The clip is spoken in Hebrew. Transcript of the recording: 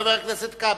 חבר הכנסת כבל.